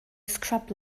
scrub